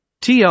TR